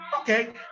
Okay